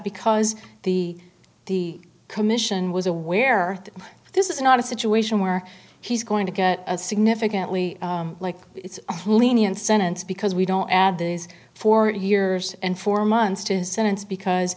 because the the commission was aware that this is not a situation where he's going to get a significantly like it's lenient sentence because we don't add these four years and four months to his sentence because